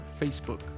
Facebook